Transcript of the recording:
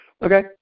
Okay